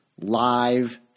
live